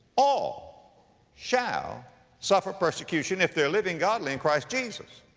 all shall suffer persecution if they're living godly in christ jesus.